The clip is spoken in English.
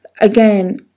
Again